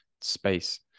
space